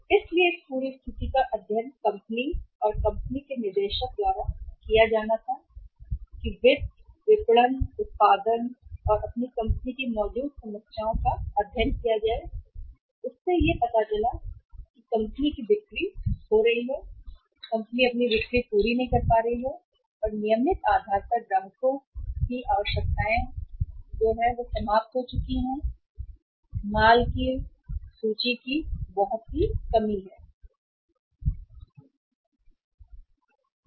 इसलिए इस पूरी स्थिति का अध्ययन कंपनी और कंपनियों के निदेशक द्वारा किया जाना था वित्त विपणन और उत्पादन जब उन्होंने कंपनी में मौजूद समस्या का अध्ययन किया पता चला कि यह सब हो रहा है कंपनी बिक्री खो रही है या पूरी नहीं कर पा रही है नियमित आधार पर ग्राहकों की आवश्यकताएं क्योंकि समाप्त हो चुकी बात की कमी है माल सूची में उपलब्ध है